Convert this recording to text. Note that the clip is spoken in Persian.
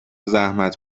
زحمت